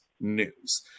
news